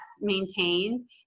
maintained